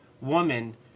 woman